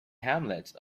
hamlets